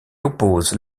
oppose